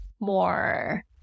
more